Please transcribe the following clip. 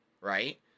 right